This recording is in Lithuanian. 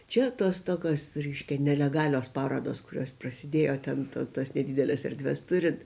čia tos tokios reiškia nelegalios parodos kurios prasidėjo ten tas nedideles erdves turint